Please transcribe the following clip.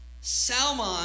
Salmon